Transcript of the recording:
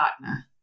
partner